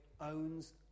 owns